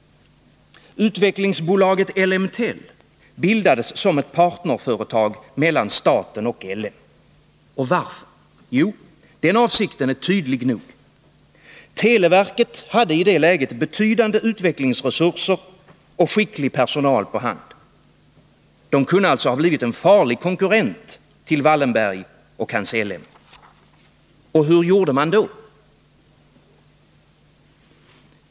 Utvecklingsbolaget Ellemtel bildades som ett partnerföretag mellan staten och LM. Varför? Jo, den avsikten är tydlig nog. Televerket hade ii det läget betydande utvecklingsresurser och skicklig personal på hand. Verket kunde alltså ha blivit en farlig konkurrent till Wallenberg och hans LM. Hur gjorde man då?